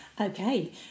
Okay